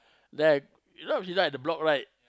then you know fill up at the block right